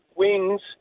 wings